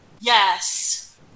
Yes